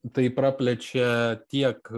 tai praplečia tiek